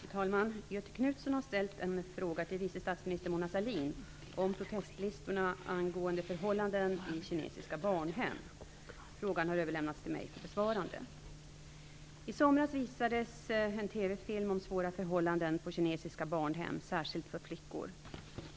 Fru talman! Göthe Knutson har ställt en fråga till vice statsminister Mona Sahlin om protestlistorna angående förhållanden i kinesiska barnhem. Frågan har överlämnats till mig för besvarande. I somras visades en TV-film om svåra förhållanden på kinesiska barnhem, särskilt för flickor.